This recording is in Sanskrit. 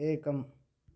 एकम्